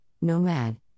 Nomad